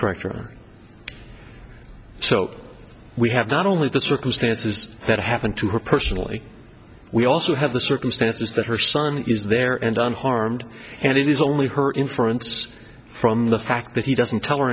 e so we have not only the circumstances that happened to her personally we also have the circumstances that her son is there and unharmed and it is only her inference from the fact that he doesn't tell her